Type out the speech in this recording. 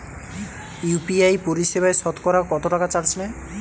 UPI পরিসেবায় সতকরা কতটাকা চার্জ নেয়?